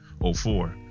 04